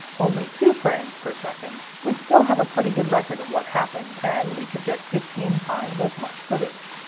only two frames per second, we'd still have a pretty good record of what happened, and we could get fifteen times as much footage.